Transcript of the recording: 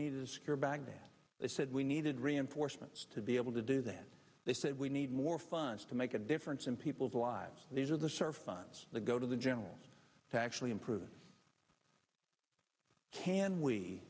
need is secure baghdad they said we needed reinforcements to be able to do that they said we need more funds to make a difference in people's lives these are the star funds that go to the generals to actually improve can we